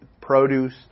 produce